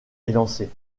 élancée